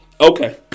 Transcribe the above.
Okay